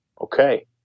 Okay